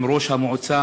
עם ראש המועצה